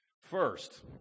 First